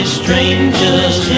strangers